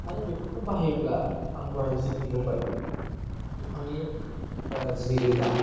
आरो बेफोरखौ बाहायोब्ला आं दहाय जे बुंबोबाय बिफांनि जि रोदा